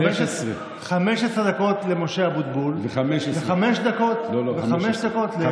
15 דקות למשה אבוטבול וחמש דקות לפינדרוס,